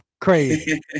crazy